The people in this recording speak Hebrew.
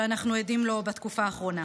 שאנחנו עדים לו בתקופה האחרונה.